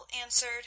answered